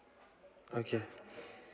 okay